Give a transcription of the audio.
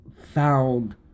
found